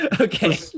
Okay